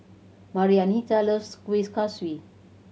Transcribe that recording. Marianita loves Kuih Kaswi